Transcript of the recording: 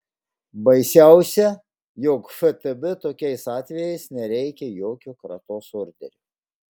baisiausia jog ftb tokiais atvejais nereikia jokio kratos orderio